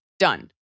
done